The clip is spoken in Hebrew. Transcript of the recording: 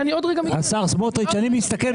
עוד רגע אני אגיע לזה.